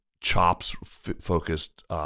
chops-focused